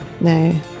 No